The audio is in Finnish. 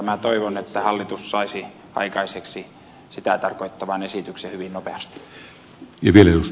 minä toivon että hallitus saisi aikaiseksi sitä tarkoittavan esityksen hyvin nopeasti